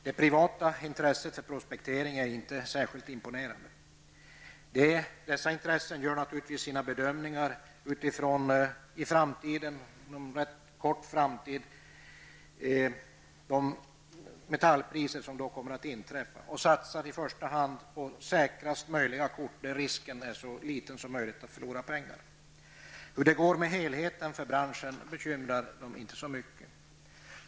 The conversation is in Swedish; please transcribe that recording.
Det privata intresset för prospektering är inte särskilt imponerande. Intressenterna gör givetvis sina bedömningar främst utifrån i framtiden förväntade metallpriser och satsar då i första hand på säkrast möjliga kort där risken är så liten som möjligt att förlora pengar. Hur det går med helheten för branschen bekymrar dem inte så mycket.